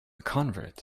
convert